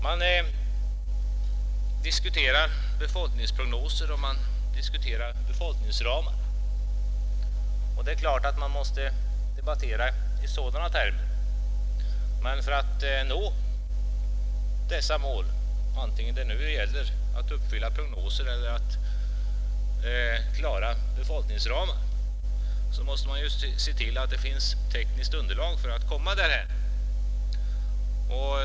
Man diskuterar befolkningsprognoser och befolkningsramar, och naturligtvis måste man debattera i sådana termer. Men för att nå uppsatta mål — antingen det nu gäller att uppfylla prognoser eller att klara befolkningsramar — måste man se till att det finns tekniskt underlag härför.